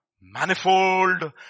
manifold